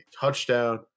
touchdown